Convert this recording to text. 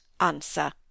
answer